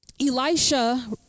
Elisha